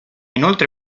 inoltre